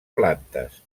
plantes